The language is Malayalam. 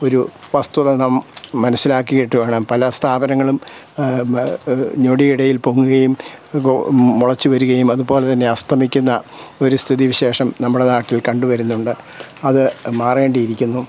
ഒരു വസ്തുത നാം മനസിലാക്കിയിട്ട് വേണം പല സ്ഥാപനങ്ങളും നൊടിയിടയിൽ പൊങ്ങുകയും മുളച്ചുവരുകയും അതുപോലെ തന്നെ അസ്തമിക്കുന്ന ഒരു സ്ഥിതി വിശേഷം നമ്മളെ നാട്ടിൽ കണ്ടുവരുന്നുണ്ട് അത് മാറേണ്ടിയിരിക്കുന്നു